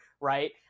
Right